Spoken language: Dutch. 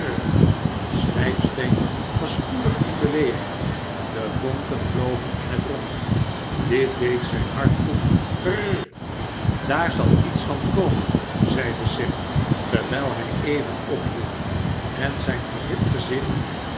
de slijpsteen was spoedig in beweging de vonken ylogen in het rond dit deed zijn hart goed wir r r r daar zal iets van komen zeide sim terwijl hij even ophield en zijn verhit gezicht